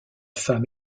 femme